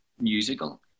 musical